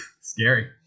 Scary